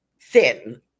thin